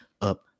up